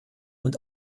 und